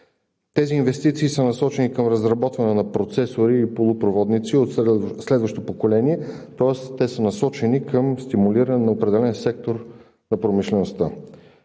Тези инвестиции са насочени към разработване на процесори и полупроводници от следващо поколение, тоест те са насочени към стимулиране на определен сектор на промишлеността.